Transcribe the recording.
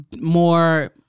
more